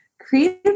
Creative